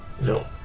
No